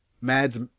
Mads